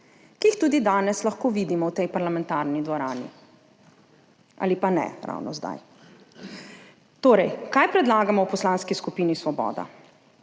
ki jih tudi danes lahko vidimo v tej parlamentarni dvorani. Ali pa ne ravno zdaj. Kaj torej predlagamo v Poslanski skupini Svoboda?